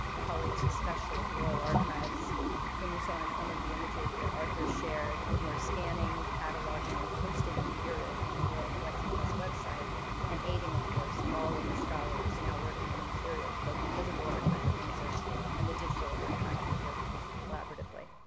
colleagues especially at the royal archives whom you saw in some of the images that arthur shared and who are scanning, cataloging, and posting the materials on um the royal collection trust website and aiding of course all of the scholars now working in the materials both the physical archive at windsor and the digital archive that we're producing collaboratively.